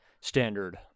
standard